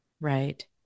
Right